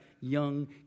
young